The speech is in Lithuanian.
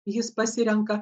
jis pasirenka